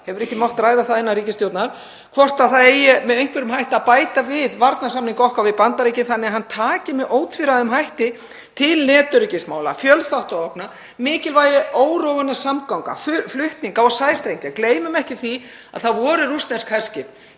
hefur ekki mátt ræða það innan ríkisstjórnar, hvort það eigi með einhverjum hætti að bæta við varnarsamning okkar við Bandaríkin þannig að hann taki með ótvíræðum hætti til netöryggismála, fjölþáttaógna, mikilvægi órofinna samgangna, flutninga og sæstrengja. Gleymum ekki því að það voru rússnesk herskip